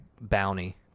bounty